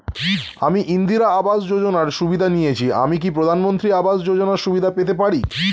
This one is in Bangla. আমি ইন্দিরা আবাস যোজনার সুবিধা নেয়েছি আমি কি প্রধানমন্ত্রী আবাস যোজনা সুবিধা পেতে পারি?